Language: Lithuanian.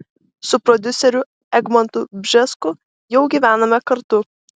su prodiuseriu egmontu bžesku jau gyvename kartu